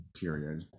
period